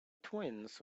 twins